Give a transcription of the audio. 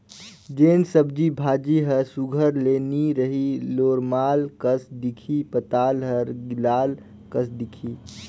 जेन सब्जी भाजी हर सुग्घर ले नी रही लोरमाल कस दिखही पताल हर गिलाल कस दिखही